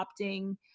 opting